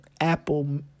Apple